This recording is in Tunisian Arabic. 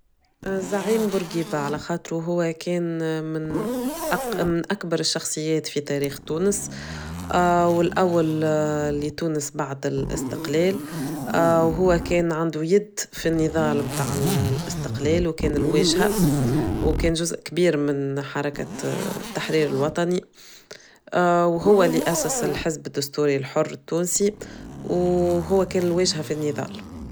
زعيم بورجيبة على خاطره هو كان من أكبر الشخصيات في تاريخ تونس والأول لتونس بعد الاستقلال وهو كان عنده يد في النضال بتاع الإستقلال وكان الواجهة وكان جزء كبير من حركة التحرير الوطني وهو اللي أسس الحزب الدستوري الحر التونسي وهو كان الواجهة في النضال.